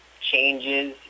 changes